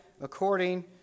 according